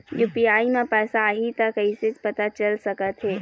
UPI म पैसा आही त कइसे पता चल सकत हे?